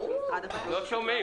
לא אלה של היום.